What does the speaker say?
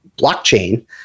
blockchain